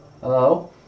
Hello